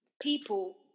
people